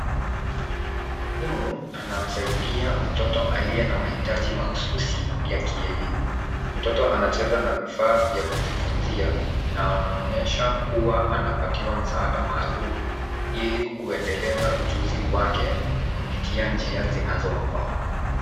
Mwalimu anamsaidia mtoto aliye na mahitaji mahususi ya kielimu. Mtoto anacheza na vifaa vya kujifunzia na anaonyesha kuwa anapatiwa msaada maalum ili kuendeleza ujuzi wake kupitia njia zinazomfaa.